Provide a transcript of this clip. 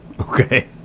Okay